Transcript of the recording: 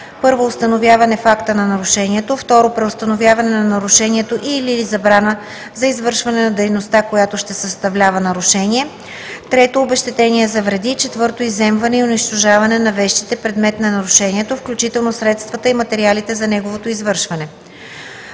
1. установяване факта на нарушението; 2. преустановяване на нарушението и/или за забрана за извършване на дейността, която ще съставлява нарушение; 3. обезщетение за вреди; 4. изземване и унищожаване на вещите, предмет на нарушението, включително средствата и материалите за неговото извършване.“